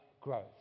growth